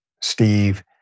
Steve